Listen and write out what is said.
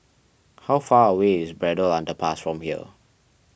how far away is Braddell Underpass from here